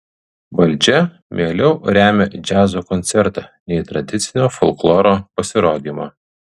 valdžia mieliau remia džiazo koncertą nei tradicinio folkloro pasirodymą